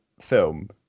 film